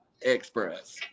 Express